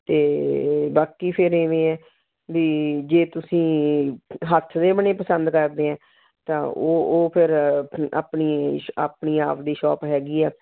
ਅਤੇ ਬਾਕੀ ਫਿਰ ਐਵੇਂ ਹੈ ਵੀ ਜੇ ਤੁਸੀਂ ਹੱਥ ਦੇ ਬਣੇ ਪਸੰਦ ਕਰਦੇ ਹੈ ਤਾਂ ਉਹ ਉਹ ਫਿਰ ਆਪਣੀ ਸ਼ ਆਪਣੀ ਆਪਣੀ ਸ਼ੋਪ ਹੈਗੀ ਹੈ